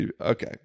Okay